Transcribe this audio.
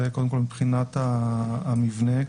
זה מבחינת המבנה.